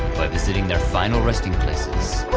by visiting their final resting places.